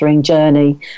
journey